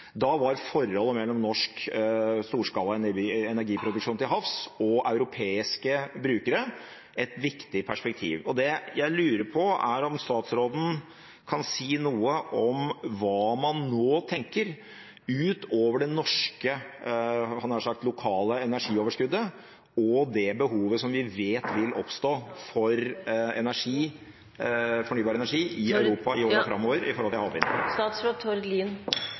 Da var forholdet mellom norsk storskala energiproduksjon til havs og europeiske brukere et viktig perspektiv. Det jeg lurer på, er om statsråden kan si noe om hva man nå tenker om havvind – utover det norske, lokale energioverskuddet – knyttet til det behovet for fornybar energi som vi vet vil oppstå i Europa i årene framover. Som jeg sa i mitt svar til